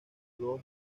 dos